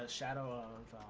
ah shadow of